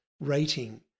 rating